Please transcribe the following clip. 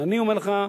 ואני אומר לך: